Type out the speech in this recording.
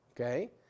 Okay